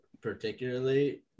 particularly